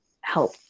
help